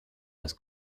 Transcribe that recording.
das